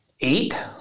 Eight